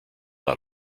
not